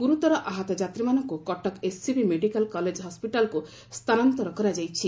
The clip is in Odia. ଗୁରୁତର ଆହତ ଯାତ୍ରୀମାନଙ୍କ କଟକ ଏସ୍ସିବି ମେଡିକାଲ୍ କଲେଜ ହସ୍କିଟାଲ୍କୁ ସ୍ଥାନାନ୍ତର କରାଯାଇଛି